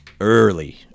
early